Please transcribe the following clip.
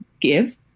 give